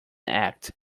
act